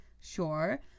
Sure